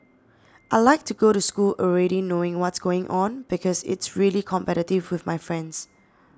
I like to go to school already knowing what's going on because it's really competitive with my friends